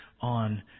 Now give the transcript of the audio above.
on